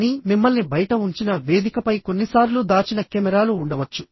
కానీ మిమ్మల్ని బయట ఉంచిన వేదికపై కొన్నిసార్లు దాచిన కెమెరాలు ఉండవచ్చు